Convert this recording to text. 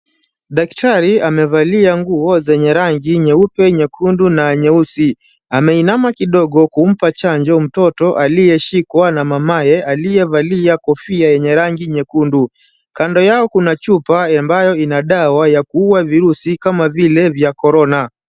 Daktari amevalia nguo zenye rangi nyeupe, nyekundu na nyeusi. Ameinama kidogo kumpa chanjo mtoto aliyeshikwa na mamaye aliyevalia kofia yenye rangi nyekundu. Kando yao kuna chupa ambayo ina dawa ya kuua virusi kama vile vya korona.